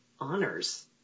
honors